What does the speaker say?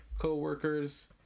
co-workers